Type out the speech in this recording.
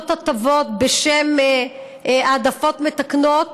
מקבלות הטבות בשם העדפות מתקנות